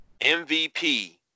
MVP